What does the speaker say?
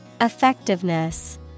Effectiveness